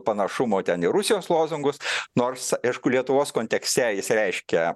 panašumo ten į rusijos lozungus nors aišku lietuvos kontekste jis reiškia